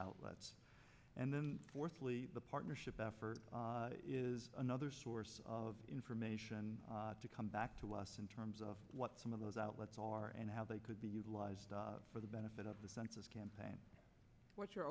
outlets and then fourthly the partnership effort is another source of information to come back to us in terms of what some of those outlets are and how they could be utilized for the benefit of the census campaign what's your